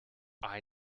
eye